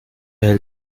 hält